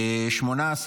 תודה.